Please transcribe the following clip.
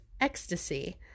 ecstasy